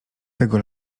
tego